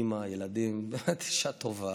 אימא, ילדים, באמת אישה טובה,